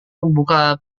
membuka